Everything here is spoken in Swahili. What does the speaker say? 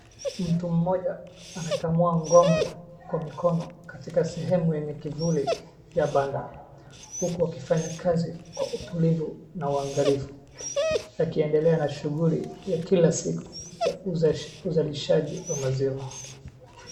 Mtu mmoja amekamua ng'ombe kwa mikono katika sehemu yenye kivuli ya banda uku akifanya kazi kwa utulivu na uangalifu akiendelea na shughuli ya kila siku ya uzalishaji wa maziwa.